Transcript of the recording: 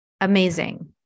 Amazing